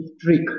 trick